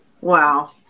Wow